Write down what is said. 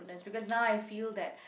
because now I feel that